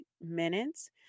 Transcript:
minutes